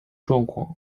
状况